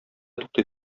туктый